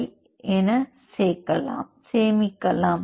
py என சேமிக்கலாம்